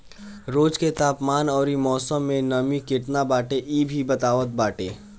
रोज के तापमान अउरी मौसम में नमी केतना बाटे इ भी बतावत बाटे